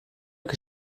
que